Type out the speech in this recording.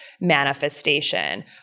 manifestation